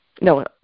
No